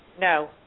No